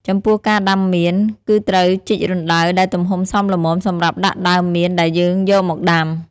ចំពោះការដាំមៀន គឺត្រូវជីករណ្តៅដែលទំហំសមល្មមសម្រាប់ដាក់ដើមមានដែលយើងយកមកដាំ។